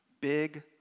big